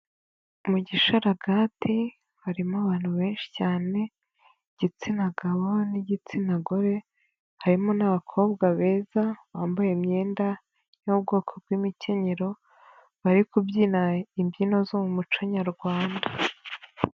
Mu mugisharagate harimo abantu benshi cyane igitsina gabo n'igitsina gore, harimo n'abakobwa beza bambaye imyenda yo mu bwoko bw'imikenyero bari kubyina imbyino zo mu muco nyarwanda.